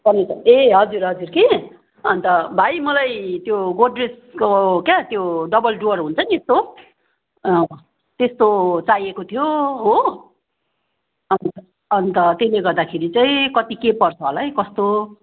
बनाउने ठाउँ ए हजुर हजुर कि अन्त भाइ मलाई त्यो गोदरेजको क्या त्यो डबल डुअर हुन्छ नि त्यो त्यस्तो चाहिएको थियो हो अन्त अन्त त्यसले गर्दाखेरि चाहिँ कति के पर्छ होला है कस्तो